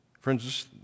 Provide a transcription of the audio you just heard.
Friends